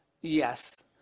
Yes